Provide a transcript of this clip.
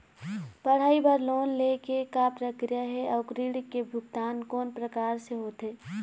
पढ़ई बर लोन ले के का प्रक्रिया हे, अउ ऋण के भुगतान कोन प्रकार से होथे?